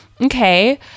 okay